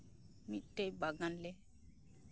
ᱢᱤᱫᱴᱮᱱ ᱵᱟᱜᱟᱱ ᱞᱮ